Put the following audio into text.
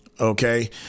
okay